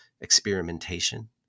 experimentation